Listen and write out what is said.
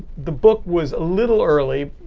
the book was a little early,